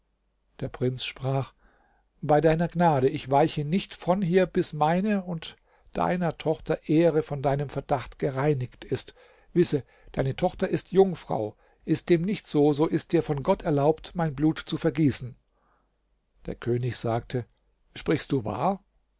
der prinz sprach bei deiner gnade ich weiche nicht von hier bis meine und deiner tochter ehre von deinem verdacht gereinigt ist wisse deine tochter ist jungfrau ist dem nicht so so ist dir von gott erlaubt mein blut zu vergießen der könig sagte sprichst du wahr